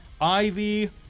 Ivy